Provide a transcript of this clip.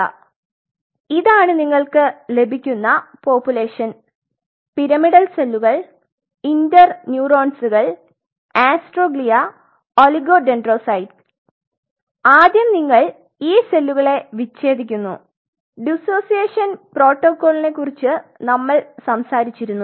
അതിനാൽ ഇതാണ് നിങ്ങൾക്ക് ലഭിക്കുന്ന പോപുലേഷൻ പിരമിഡൽ സെല്ലുകൾ ഇന്റേൺയുറോൺസ്കൾ ആസ്ട്രോഗ്ലിയ ഒലിഗോഡെൻഡ്രോസൈറ്റ് ആദ്യം നിങ്ങൾ ഈ സെല്ലുകളെ വിച്ഛേദിക്കുന്നു ഡിസോസിയേഷൻ പ്രോട്ടോക്കോളിനെക്കുറിച്ച് നമ്മൾ സംസാരിച്ചിരുന്നു